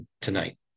tonight